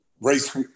race